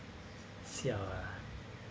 siao ah